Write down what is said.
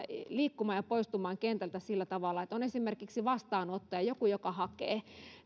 liikkumaan ja poistumaan kentältä sillä tavalla että on esimerkiksi vastaanottaja joku joka hakee